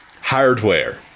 hardware